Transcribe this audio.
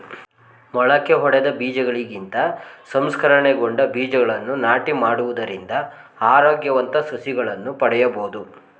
ಮೊಳಕೆಯೊಡೆದ ಬೀಜಗಳಿಗಿಂತ ಸಂಸ್ಕರಣೆಗೊಂಡ ಬೀಜಗಳನ್ನು ನಾಟಿ ಮಾಡುವುದರಿಂದ ಆರೋಗ್ಯವಂತ ಸಸಿಗಳನ್ನು ಪಡೆಯಬೋದು